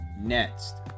next